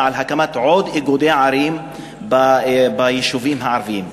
להקמת עוד איגודי ערים ביישובים הערביים,